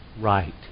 right